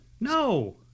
no